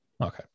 Okay